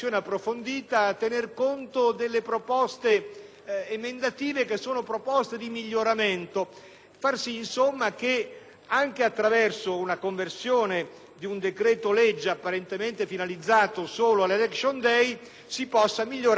emendative, che sono proposte di miglioramento; far sì, insomma, che, anche attraverso la conversione di un decreto-legge apparentemente finalizzato solo all'*election day*, si possa migliorare l'insieme della nostra legislazione.